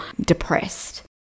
depressed